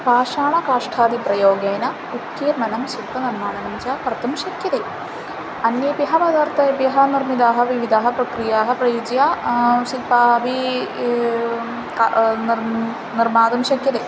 पाषाणकाष्ठादि प्रयोगेन उत्कीर्णं शिल्पनिर्माणं च कर्तुं शक्यते अन्येभ्यः पदार्तेभ्यः निर्मिताः विविधाः प्रक्रियाः प्रयुज्य शिल्पमपि निर् निर्मातुं शक्यते